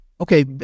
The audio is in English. Okay